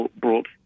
brought